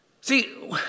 See